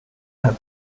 had